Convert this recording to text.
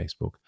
Facebook